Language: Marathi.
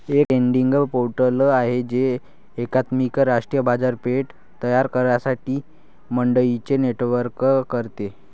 एक ट्रेडिंग पोर्टल आहे जे एकात्मिक राष्ट्रीय बाजारपेठ तयार करण्यासाठी मंडईंचे नेटवर्क करते